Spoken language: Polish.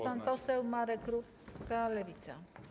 Pan poseł Marek Rutka, Lewica.